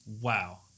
wow